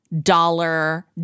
dollar